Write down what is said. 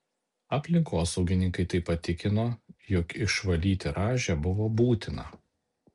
aplinkosaugininkai taip pat tikino jog išvalyti rąžę buvo būtina